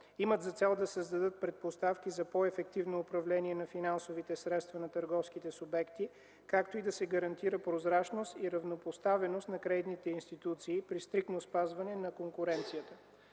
имат за цел да създадат предпоставки за по-ефективно управление на финансовите средства на търговските субекти, както и да се гарантира прозрачност и равнопоставеност на кредитните институции при стриктно спазване на конкуренцията.